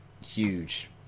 huge